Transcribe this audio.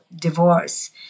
divorce